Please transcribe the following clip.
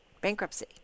Bankruptcy